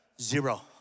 Zero